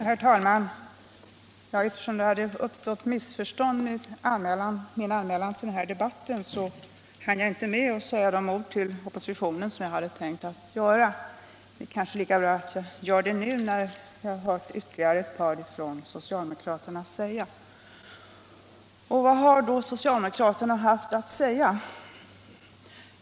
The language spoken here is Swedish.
Herr talman! Eftersom det har uppstått missförstånd rörande min anmälan till talarlistan för den här debatten, så hann jag inte med att säga de ord till oppositionen som jag hade tänkt. Det är kanske lika bra att jag gör det nu när jag har hört ytterligare ett par av socialdemokraterna tala. Vad har då socialdemokraterna haft att säga?